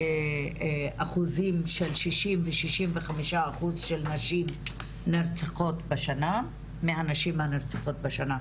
באחוזים של 60-65% של נשים נרצחות בשנה מהשנים הנרצחות בשנה.